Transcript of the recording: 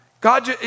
God